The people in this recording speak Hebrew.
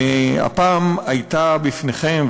והפעם הייתה בפניכם,